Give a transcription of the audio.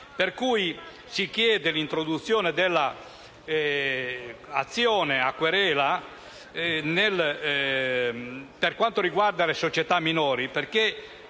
Si chiede pertanto l'introduzione dell'azione a querela per quanto riguarda le società minori